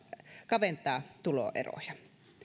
kaventaa tuloeroja